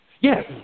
yes